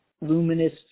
luminous